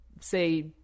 say